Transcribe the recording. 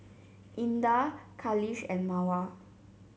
Indah Khalish and Mawar